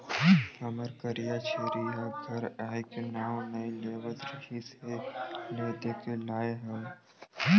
हमर करिया छेरी ह घर आए के नांव नइ लेवत रिहिस हे ले देके लाय हँव